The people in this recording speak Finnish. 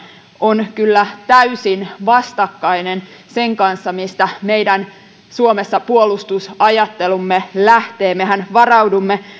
on kyllä täysin vastakkainen sen kanssa mistä suomessa meidän puolustusajattelumme lähtee mehän varaudumme